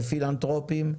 ופילנטרופיים,